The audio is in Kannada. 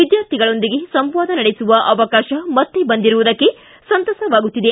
ವಿದ್ಯಾರ್ಥಿಗಳೊಂದಿಗೆ ಸಂವಾದ ನಡೆಸುವ ಅವಕಾಶ ಮತ್ತೇ ಬಂದಿರುವುದಕ್ಕೆ ಸಂತಸವಾಗುತ್ತಿದೆ